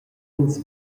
ins